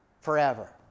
forever